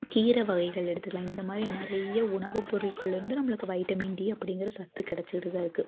கீரை வகைகள் எடுத்துக்கலாம் இந்தமாதிரி நிறைய உணவுப்பொருட்கள் வந்து நம்மளுக்கு வைட்டமின் டி அப்படிங்கிற சத்து கிடைச்சிட்டு தான் இருக்குது